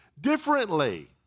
differently